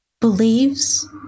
believes